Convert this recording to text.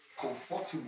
comfortable